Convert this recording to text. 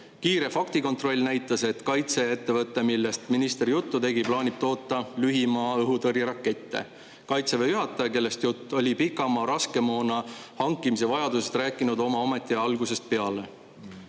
Kiire faktikontroll näitas, et kaitseettevõte, millest minister juttu tegi, plaanib toota lühimaa õhutõrjerakette. Kaitseväe juhataja, kellest jutt, oli pikamaa ründemoona hankimise vajadusest rääkinud oma ametiaja algusest peale.